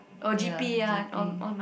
ya G_P